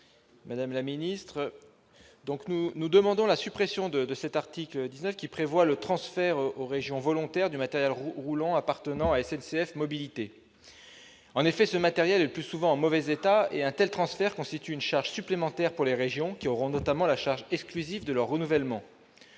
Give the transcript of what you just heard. l'amendement n° 19. Nous demandons la suppression de l'article 9, qui prévoit le transfert aux régions volontaires du matériel roulant appartenant à SNCF Mobilités. En effet, ce matériel est le plus souvent en mauvais état et un tel transfert constituera une charge supplémentaire pour les régions, qui devront notamment assurer seules son renouvellement.